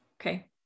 Okay